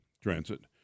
transit